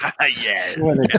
Yes